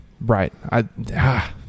Right